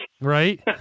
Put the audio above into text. Right